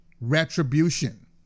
retribution